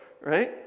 right